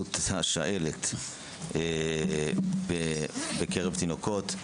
התפרצות השעלת בקרב תינוקות.